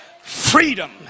freedom